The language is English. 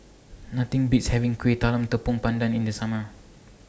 Nothing Beats having Kueh Talam Tepong Pandan in The Summer